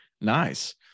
nice